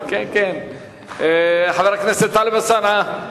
חבר הכנסת טלב אלסאנע,